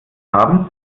haben